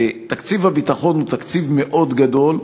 תקציב הביטחון הוא תקציב מאוד גדול,